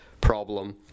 problem